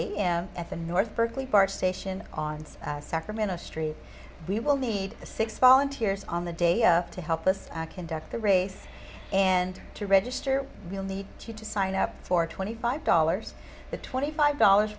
a m at the north berkeley bart station on sacramento street we will need the six volunteers on the day up to help us conduct the race and to register we'll need you to sign up for twenty five dollars the twenty five dollars